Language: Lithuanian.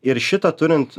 ir šitą turint